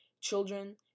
children